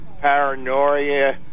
paranoia